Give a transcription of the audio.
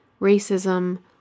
racism